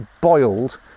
boiled